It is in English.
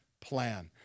plan